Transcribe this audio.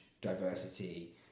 diversity